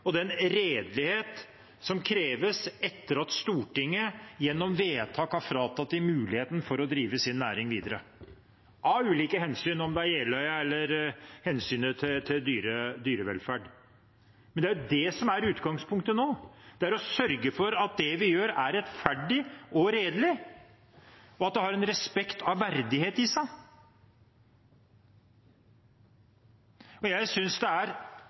og den redelighet som kreves etter at Stortinget gjennom vedtak har fratatt pelsdyrbøndene muligheten for å drive sin næring videre – av ulike hensyn, enten det er Jeløya eller hensynet til dyrevelferd. Men det som er utgangspunktet nå, er å sørge for at det vi gjør, er rettferdig og redelig, og at det har en respekt og verdighet i seg. Jeg synes det er